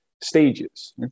stages